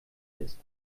ist